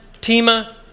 Tima